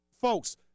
folks